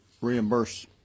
reimburse